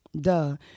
duh